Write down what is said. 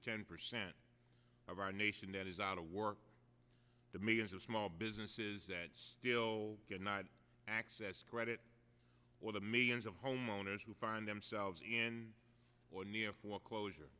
ten percent of our nation that is out of work the millions of small businesses that still cannot access credit or the millions of homeowners who find themselves in or near foreclosure